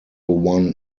won